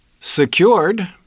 secured